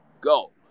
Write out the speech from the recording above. go